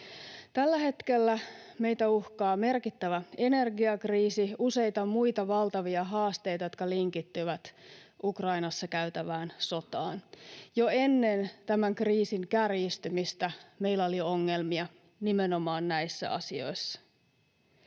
Tällä hetkellä meitä uhkaa merkittävä energiakriisi, useita muita valtavia haasteita, jotka linkittyvät Ukrainassa käytävään sotaan. Jo ennen tämän kriisin kärjistymistä meillä oli ongelmia nimenomaan näissä asioissa.